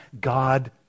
God